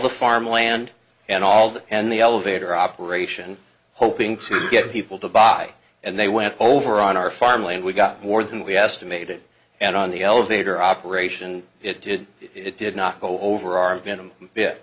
the farmland and all that and the elevator operation hoping to get people to buy and they went over on our farmland we got more than we had to made and on the elevator operation it did it did not go over our venom